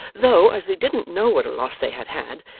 though as they didn't know what a loss they had had,